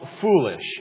foolish